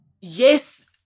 Yes